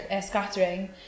Scattering